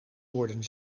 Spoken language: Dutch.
worden